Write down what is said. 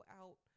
out